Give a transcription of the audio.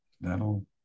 that'll